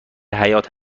حیات